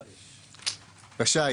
רשאי.